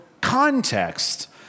context